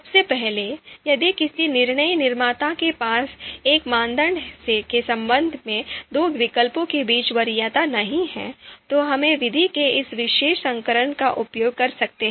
सबसे पहले यदि किसी निर्णय निर्माता के पास एक मानदंड के संबंध में दो विकल्पों के बीच वरीयता नहीं है तो हम विधि के इस विशेष संस्करण का उपयोग कर सकते हैं